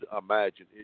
imagine